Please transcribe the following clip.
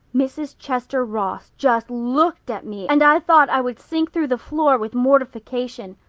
mrs. chester ross just looked at me and i thought i would sink through the floor with mortification.